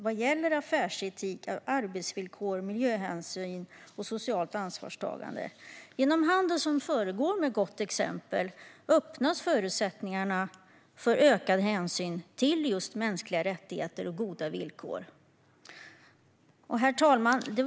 Det gäller affärsetik, arbetsvillkor, miljöhänsyn och socialt ansvarstagande. Genom handel som föregår med gott exempel öppnas förutsättningarna för ökad hänsyn till just mänskliga rättigheter och goda villkor. Herr talman!